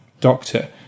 doctor